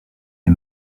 est